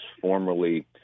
formerly